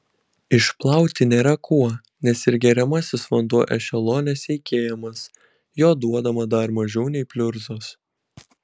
išplauti nėra kuo nes ir geriamasis vanduo ešelone seikėjamas jo duodama dar mažiau nei pliurzos